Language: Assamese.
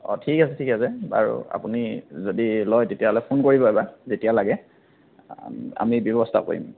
অঁ ঠিক আছে ঠিক আছে বাৰু আপুনি যদি লয় তেতিয়াহ'লে ফোন কৰিব এবাৰ যেতিয়া লাগে আমি ব্যৱস্থা কৰিম